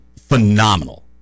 phenomenal